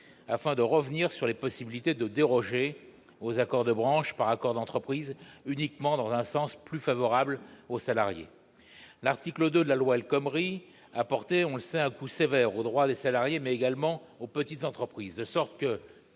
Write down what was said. afin de revenir sur les possibilités de déroger aux accords de branche par accord d'entreprise autrement que dans un sens plus favorable aux salariés. L'article 2 de la loi El Khomri a porté, nous le savons, un coup sévère aux droits des salariés, mais également aux petites entreprises, de sorte que